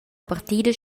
partida